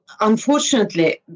Unfortunately